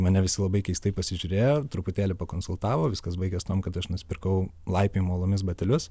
mane visi labai keistai pasižiūrėjo truputėlį pakonsultavo viskas baigės tuom kad aš nusipirkau laipiojimo uolomis batelius